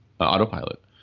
Autopilot